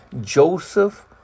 Joseph